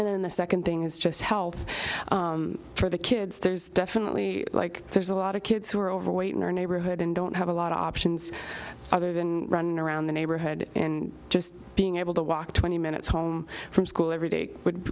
and then the second thing is just health for the kids there's definitely like there's a lot of kids who are overweight in our neighborhood and don't have a lot of options other than running around the neighborhood and just being able to walk twenty minutes home from school every day could